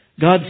God